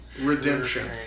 Redemption